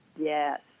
Yes